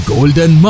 Golden